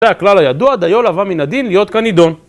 זה הכלל הידוע, דיו לבא מן הדין להיות כנידון